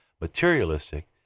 materialistic